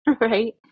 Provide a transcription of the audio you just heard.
right